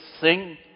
sing